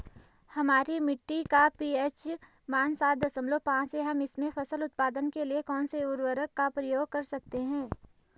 हमारी मिट्टी का पी.एच मान सात दशमलव पांच है हम इसमें फसल उत्पादन के लिए कौन से उर्वरक का प्रयोग कर सकते हैं?